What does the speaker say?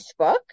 Facebook